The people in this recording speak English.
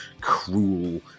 cruel